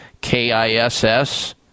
K-I-S-S